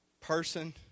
person